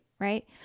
Right